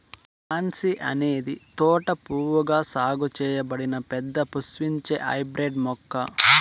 pansy అనేది తోట పువ్వుగా సాగు చేయబడిన పెద్ద పుష్పించే హైబ్రిడ్ మొక్క